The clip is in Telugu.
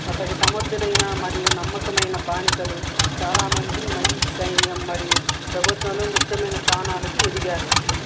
అతడి సమర్థులైన మరియు నమ్మకమైన బానిసలు చాలా మంది మయిజ్ సైన్యం మరియు ప్రభుత్వంలో ముఖ్యమైన స్థానాలకు ఎదిగారు